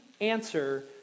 answer